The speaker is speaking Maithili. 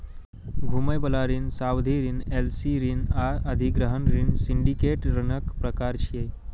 घुमै बला ऋण, सावधि ऋण, एल.सी ऋण आ अधिग्रहण ऋण सिंडिकेट ऋणक प्रकार छियै